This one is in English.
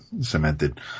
cemented